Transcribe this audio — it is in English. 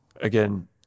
again